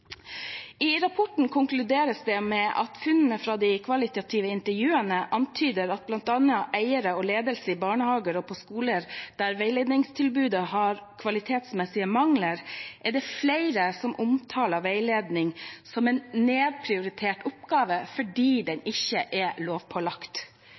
I rapporten konkluderes det med: «Funnene fra de kvalitative intervjuene antyder at blant eiere og ledelse i barnehager og på skoler der veiledningstilbudet har kvalitetsmessige mangler, er det flere som omtaler veiledning som en nedprioritert oppgave fordi